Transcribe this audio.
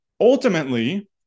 ultimately